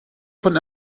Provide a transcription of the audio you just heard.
von